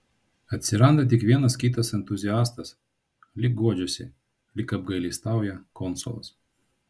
atsiranda tik vienas kitas entuziastas lyg guodžiasi lyg apgailestauja konsulas